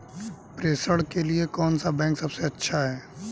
प्रेषण के लिए कौन सा बैंक सबसे अच्छा है?